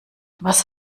was